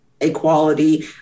equality